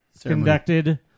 conducted